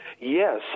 Yes